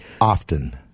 Often